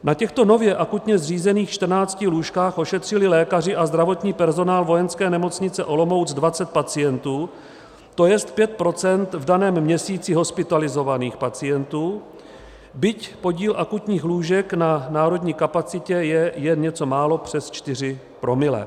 Na těchto nově akutně zřízených čtrnácti lůžkách ošetřili lékaři a zdravotní personál Vojenské nemocnice Olomouc dvacet pacientů, to jest pět procent v daném měsíci hospitalizovaných pacientů, byť podíl akutních lůžek na národní kapacitě je jen něco málo přes čtyři promile.